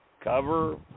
cover